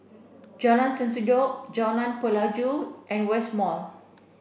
Jalan Sendudok Jalan Pelajau and West Mall